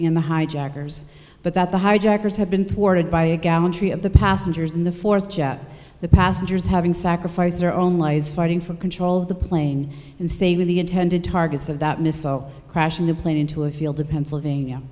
in the hijackers but that the hijackers have been thwarted by a gallantry of the passengers in the fourth jet the passengers having sacrificed their own lies fighting for control of the plane and saving the intended targets of that missile crashing the plane into a field in pennsylvania